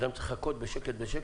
אדם צריך לחכות בשקט-בשקט,